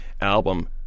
album